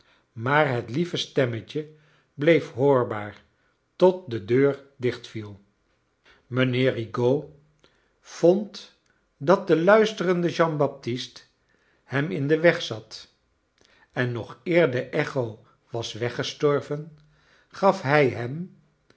maar het lieve stem met je bleef hoorbaar tot de deur dichtviel mijnheer rigaud vond dat de luisterende jean baptist hem in den weg zat en nog eer de echo was weggestorven gaf hij hem